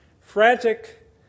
Frantic